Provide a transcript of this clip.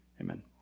Amen